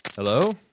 Hello